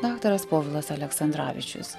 daktaras povilas aleksandravičius